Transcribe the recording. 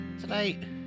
Tonight